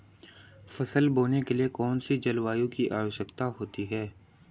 फसल बोने के लिए कौन सी जलवायु की आवश्यकता होती है?